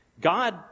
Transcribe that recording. God